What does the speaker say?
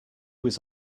was